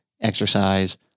exercise